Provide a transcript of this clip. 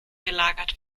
gelagert